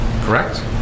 correct